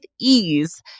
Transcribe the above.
ease